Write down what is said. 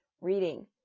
reading